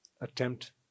attempt